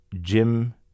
Jim